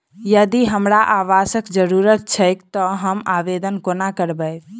यदि हमरा आवासक जरुरत छैक तऽ हम आवेदन कोना करबै?